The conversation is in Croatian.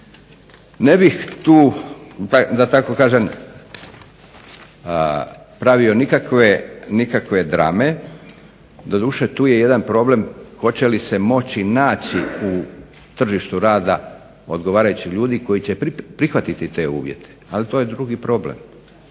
kažem pravio nikakve drame. Doduše tu je jedan problem hoće li se moći naći u tržištu rada odgovarajući ljudi koji će prihvatiti te uvjete. Ali to je drugi problem.